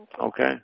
okay